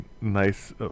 nice